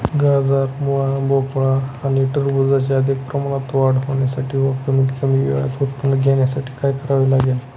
गाजर, मुळा, भोपळा आणि टरबूजाची अधिक प्रमाणात वाढ होण्यासाठी व कमीत कमी वेळेत उत्पादन घेण्यासाठी काय करावे लागेल?